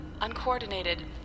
uncoordinated